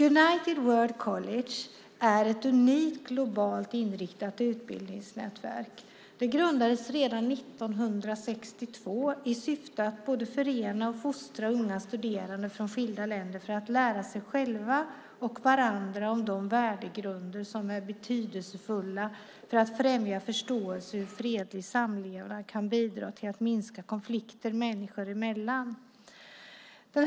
United World College är ett unikt, globalt inriktat utbildningsnätverk. Det grundades redan 1962 i syfte att både förena och fostra unga studerande från skilda länder att lära sig själva och varandra om de värdegrunder som är betydelsefulla för att främja förståelse för hur fredlig samlevnad kan bidra till att minska konflikter människor emellan.